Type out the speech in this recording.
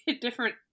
different